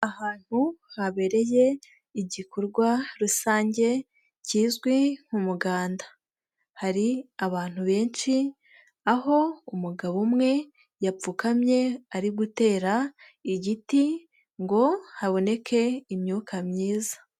Ahantu habereye igikorwa rusange kizwi nk'umuganda. Hari abantu benshi aho umugabo umwe yapfukamye ari gutera igiti ngo haboneke imyuka myiza.